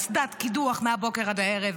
אסדת קידוח מהבוקר עד הערב,